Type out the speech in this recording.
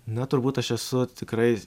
na turbūt aš esu tikrai